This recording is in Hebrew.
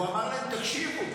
הוא אומר להם: תקשיבו,